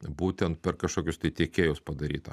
būtent per kažkokius tai tiekėjus padaryta